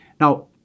Now